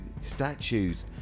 statues